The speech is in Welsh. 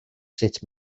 sut